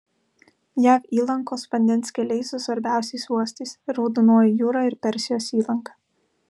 jav įlankos vandens keliai su svarbiausiais uostais raudonoji jūra ir persijos įlanka